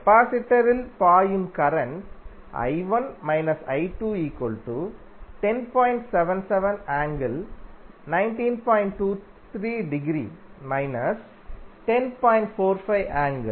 கபாசிடரில் பாயும் current I1 − I2 10